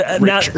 now